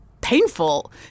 painful